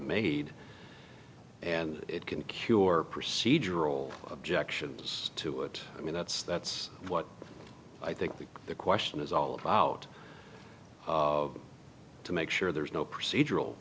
made and it can cure procedural objections to it i mean that's that's what i think the question is all about to make sure there is no procedural